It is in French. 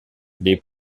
les